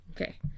Okay